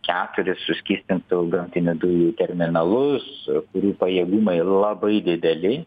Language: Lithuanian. keturis suskystintų gamtinių dujų terminalus kurių pajėgumai labai dideli